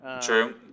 true